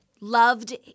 loved